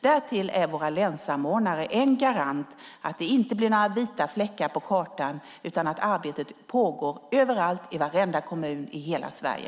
Därtill är våra länssamordnare garanter för att det inte blir några vita fläckar på kartan utan att arbetet pågår överallt i varenda kommun i hela Sverige.